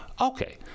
okay